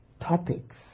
topics